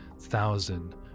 thousand